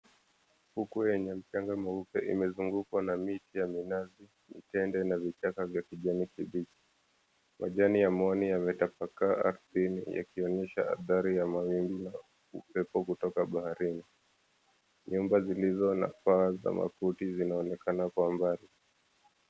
Fukwe yenye mchanga mweupe imezungukwa na miti ya minazi, mitende na vichaka vya kijani kibichi. Majani ya mwani yametapakaa ardhini yakionyesha athari ya mawimbi ya upepo kutoka baharini. Nyumba zilizo na paa za makuti zinaonekana kwa mbali.